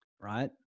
right